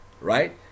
right